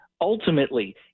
ultimately